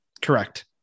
correct